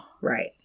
Right